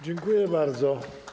Dziękuję bardzo.